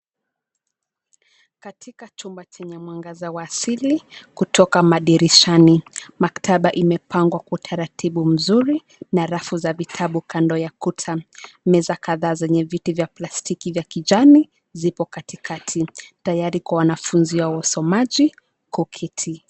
Katika chumba chenye mwangaza wa asili, kutoka madirishani, maktaba imepangwa kwa utaratibu mzuri, na rafu za vitabu kando ya kuta, meza kadhaa zenye viti vya plastiki vya kijani, zipo katikati, tayari kwa wanafunzi au usomaji, kuketi.